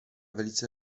velice